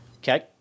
Okay